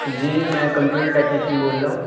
جی میں computer technician بول رہا ہوں